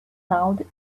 sound